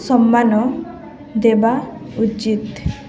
ସମ୍ମାନ ଦେବା ଉଚିତ